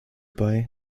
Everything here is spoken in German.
bei